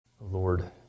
Lord